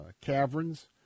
caverns